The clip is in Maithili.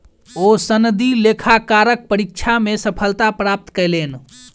ओ सनदी लेखाकारक परीक्षा मे सफलता प्राप्त कयलैन